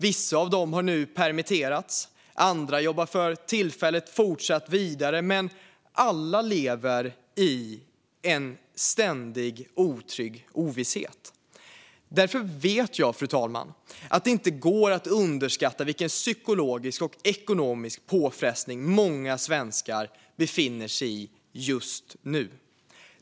Vissa av dem har nu permitterats; andra jobbar för tillfället fortsatt vidare. Men alla lever i en ständig otrygg ovisshet. Fru talman! Därför vet jag att det inte går att underskatta vilken psykologisk och ekonomisk påfrestning många svenskar befinner sig i just nu.